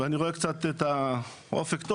ואני רואה קצת בטוב את האופק,